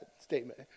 statement